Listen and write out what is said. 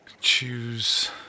choose